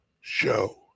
show